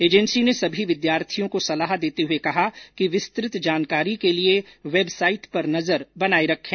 agency ने सभी विद्यार्थियों को सलाह देते हुए कहा कि विस्तृत जानकारी के लिए वेबसाइट पर नजर बनाए रखें